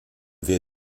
wir